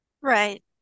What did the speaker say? Right